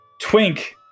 Twink